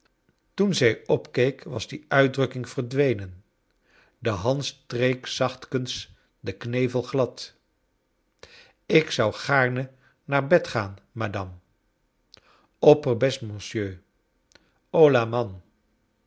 toen zij opkeek was die uitdrukking verdwencn de hand streek zachtkens den knevel glad ik zou gaarne naar bed gaari madame opperbest monsieur